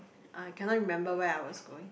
uh cannot remember where I was going